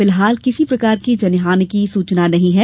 फिलहाल किसी प्रकार की जनहानि की सूचना नहीं है